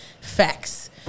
facts